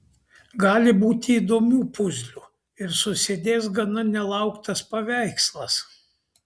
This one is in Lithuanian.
gali būti įdomių puzlių ir susidės gana nelauktas paveikslas